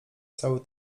cały